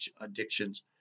addictions